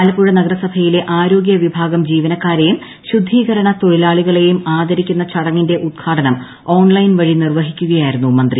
ആലപ്പുഴ നഗരസഭയിലെ ആരോഗൃ വിഭാഗം ജീവനക്കാരെയും ശുചീകരണ തൊഴിലാളികളെയും ആദരിക്കുന്ന ചടങ്ങിന്റെ ഉദ്ഘാടനം ഓൺലൈൻ വഴി നിർവഹിക്കുകയായിരുന്നു മന്ത്രി